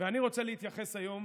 ואני רוצה להתייחס היום